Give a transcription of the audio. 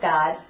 God